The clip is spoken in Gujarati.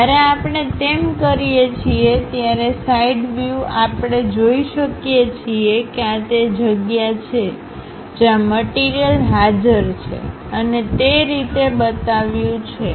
જ્યારે આપણે તેમ કરીએ છીએ ત્યારે સાઇડ વ્યુ આપણે જોઈ શકીએ છીએ કે આ તે જગ્યા છે જ્યાં મટીરીયલહાજર છે અને તે રીતે બતાવ્યુછે